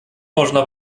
można